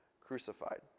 crucified